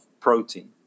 protein